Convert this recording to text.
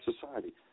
society